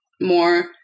more